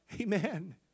Amen